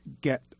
get